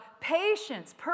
patience